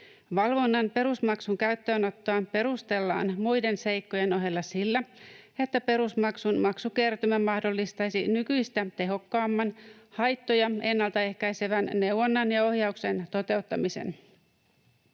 Valvonnan perusmaksun käyttöönottoa perustellaan muiden seikkojen ohella sillä, että perusmaksun maksukertymä mahdollistaisi nykyistä tehokkaamman, haittoja ennaltaehkäisevän neuvonnan ja ohjauksen toteuttamisen.